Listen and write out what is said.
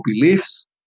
beliefs